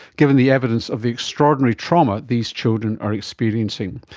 given the evidence of the extraordinary trauma these children are experiencing.